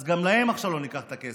אז גם להם עכשיו לא ניקח את הכסף.